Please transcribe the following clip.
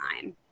time